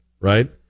right